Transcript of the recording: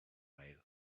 mail